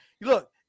look